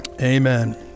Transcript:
Amen